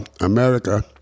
America